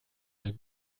mal